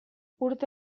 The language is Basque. urte